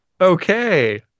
Okay